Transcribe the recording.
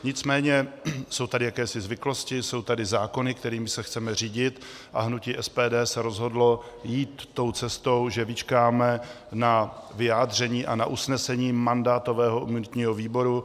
Nicméně jsou tady jakési zvyklosti, jsou tady zákony, kterými se chceme řídit, a hnutí SPD se rozhodlo jít tou cestou, že vyčkáme na vyjádření a na usnesení mandátového a imunitního výboru.